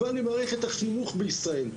טובה למערכת החינוך בישראל,